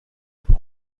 نیسان